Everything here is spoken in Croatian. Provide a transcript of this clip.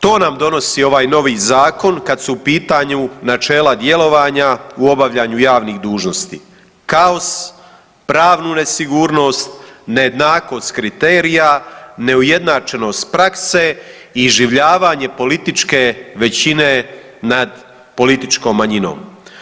To nam donosi ovaj novi zakon kad su u pitanju načela djelovanja u obavljanju javnih dužnosti, kaos, pravnu nesigurnost, nejednakost kriterija, neujednačenost prakse i iživljavanje političke većine nad političkom manjinom.